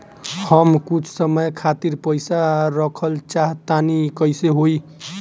हम कुछ समय खातिर पईसा रखल चाह तानि कइसे होई?